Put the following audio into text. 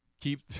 keep